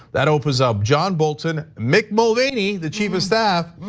that opens up john bolton, mick mulvaney, the chief of staff,